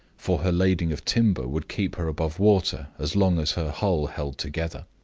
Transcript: for her ladling of timber would keep her above water as long as her hull held together.